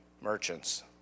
merchants